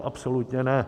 Absolutně ne.